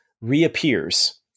reappears